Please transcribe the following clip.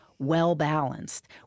well-balanced